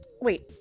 Wait